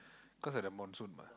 cause of the monsoon mah